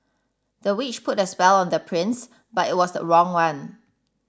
the witch put a spell on the prince but it was the wrong one